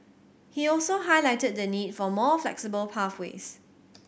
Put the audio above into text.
he also highlighted the need for more flexible pathways